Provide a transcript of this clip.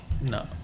No